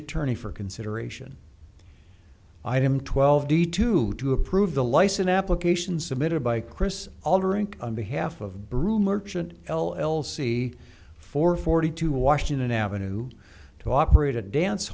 attorney for consideration i am twelve d two to approve the license application submitted by chris altering on behalf of brew merchant l l c four forty two washington avenue to operate a dance